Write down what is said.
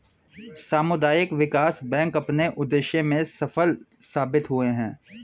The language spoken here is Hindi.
सामुदायिक विकास बैंक अपने उद्देश्य में सफल साबित हुए हैं